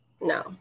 no